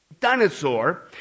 dinosaur